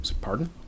Pardon